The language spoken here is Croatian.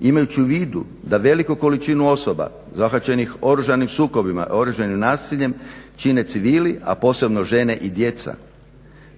imajući u vidu da veliku količinu osoba zahvaćenih oružanim sukobima, oružanim nasiljem čine civili, a posebno žene i djeca.